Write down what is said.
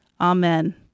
Amen